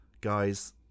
Guys